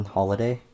Holiday